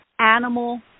animal